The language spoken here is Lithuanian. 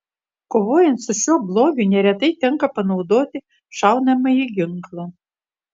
kovojant su šiuo blogiu neretai tenka panaudoti šaunamąjį ginklą